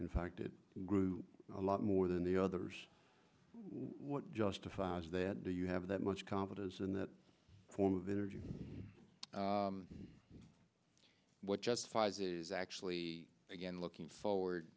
in fact it grew a lot more than the others what justifies that do you have that much confidence in that form of energy what justifies it is actually again looking forward